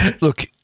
Look